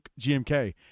GMK